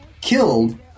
killed